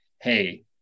hey